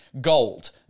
gold